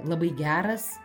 labai geras